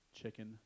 chicken